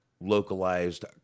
localized